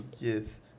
yes